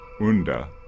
Unda